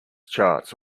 charts